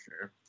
sure